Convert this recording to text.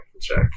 check